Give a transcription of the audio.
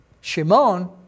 Shimon